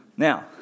Now